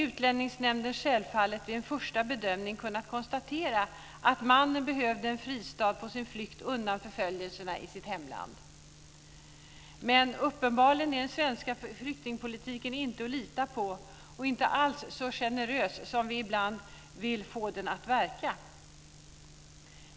Utlänningsnämnden borde självfallet vid en första bedömning kunnat konstatera att mannen behövde en fristad på sin flykt undan förföljelserna i sitt hemland. Men uppenbarligen är den svenska flyktingpolitiken inte att lita på och inte alls så generös som vi ibland vill få den att verka.